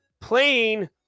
playing